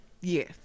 yes